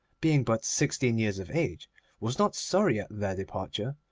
being but sixteen years of age was not sorry at their departure,